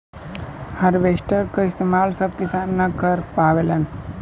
harvester क इस्तेमाल सब किसान न कर पावेलन